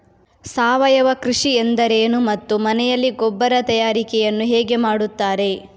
ಸಾವಯವ ಕೃಷಿ ಎಂದರೇನು ಮತ್ತು ಮನೆಯಲ್ಲಿ ಗೊಬ್ಬರ ತಯಾರಿಕೆ ಯನ್ನು ಹೇಗೆ ಮಾಡುತ್ತಾರೆ?